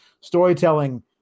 storytelling